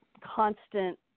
constant